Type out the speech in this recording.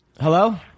hello